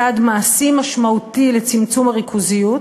צעד מעשי משמעותי לצמצום הריכוזיות,